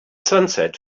sunset